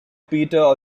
peter